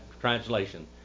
translation